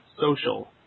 social